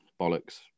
bollocks